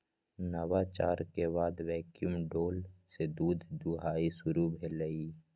नवाचार के बाद वैक्यूम डोल से दूध दुहनाई शुरु भेलइ